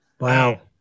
Wow